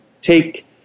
take